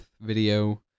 video